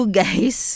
guys